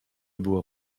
było